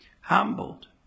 Humbled